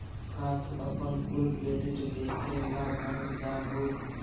का तू अपन कुल क्रेडिट देखे ला बैंक जा हूँ?